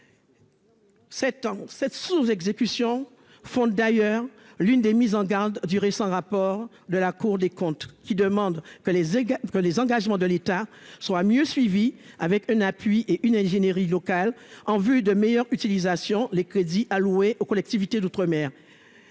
aux outre-mer fonde ainsi l'une des mises en garde du récent rapport de la Cour des comptes, qui demande que les engagements de l'État soient mieux suivis, avec un appui en ingénierie locale, en vue d'une meilleure utilisation des crédits alloués aux collectivités d'outre-mer.